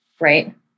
Right